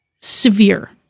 Severe